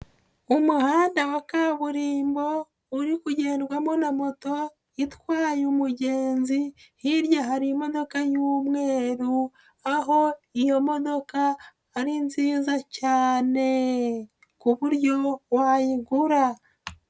Umuhanda wa kaburimbo uri kugendwamo na moto itwaye umugenzi hirya hari imodoka y'umweru, aho iyo modoka ari nziza cyane ku buryo wayigura.